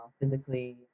physically